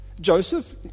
Joseph